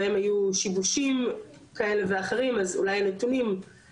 אז אולי הנתונים הם מתורגמים להטיות כאלו ואחרות,